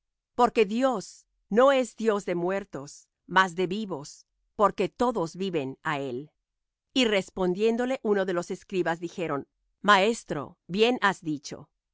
porque dios no es dios de muertos mas de vivos porque todos viven á él y respondiéndole unos de los escribas dijeron maestro bien has dicho